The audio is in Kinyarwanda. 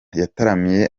yataramiye